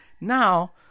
Now